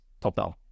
top-down